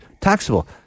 taxable